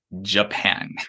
Japan